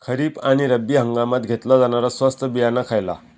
खरीप आणि रब्बी हंगामात घेतला जाणारा स्वस्त बियाणा खयला?